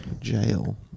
Jail